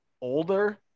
older